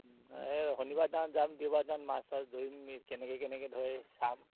এই শনিবাৰ দিনাখন যাম দেওবাৰ দিনাখন মাছ চাছ ধৰিম কেনেকৈ কেনেকৈ ধৰে চাম